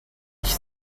ich